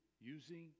using